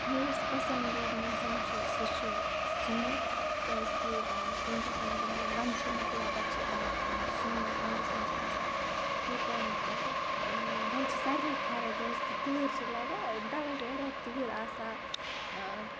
مےٚ یُس پَسنٛدیٖدٕ موسم چھِ سُہ چھُ سونٛتھ کیٛازِکہِ سونٛتھَس منٛز چھُ مطلب وَنٛدٕ چھِ مۄکلان پَتہٕ چھِ یِوان سونٛتھ وَنٛدَس منٛز چھِ آسان لوٗکَن مطلب وَنٛدٕ چھِ سارنٕے کھران کیٛازِکہِ تۭر چھِ لَگان تَتھ منٛز چھِ واریاہ تۭر آسان